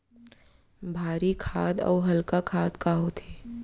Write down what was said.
भारी खाद अऊ हल्का खाद का होथे?